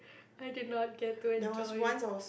I did not get to enjoy